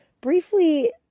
briefly